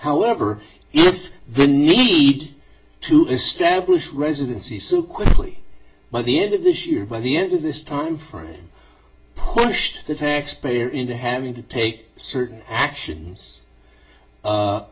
however you need to establish residency so quickly by the end of this year by the end of this time for punish the taxpayer into having to take certain actions